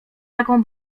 jaką